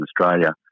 Australia